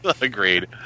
agreed